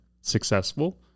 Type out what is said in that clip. successful